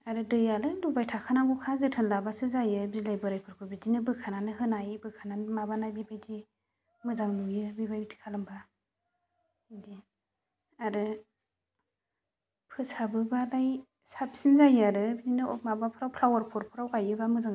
आरो दैयालाय लुबाय थाखानांगौखा जोथोन लाबासो जायो बिलाइ बोरायफोरखौ बिदिनो बोखानानै होनाय बोखानानै माबानाय बेबायदि मोजां नुयो बेबायदि खालामबा बिदि आरो फोसाबोबालाय साबसिन जायो आरो बिदिनो माबाफोराव फ्लावार पटफोराव गायोबा मोजां